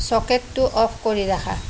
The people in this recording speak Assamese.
ছকেটটো অ'ফ কৰি ৰাখা